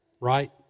right